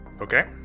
okay